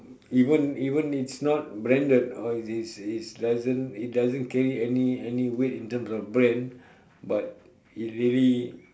even even it's not branded or is is is doesn't it doesn't carry any any weight in terms of brand but it really